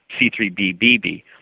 C3bBb